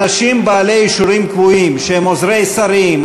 אנשים בעלי אישורים קבועים שהם עוזרי שרים,